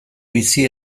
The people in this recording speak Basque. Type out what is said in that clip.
bizi